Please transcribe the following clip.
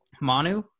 Manu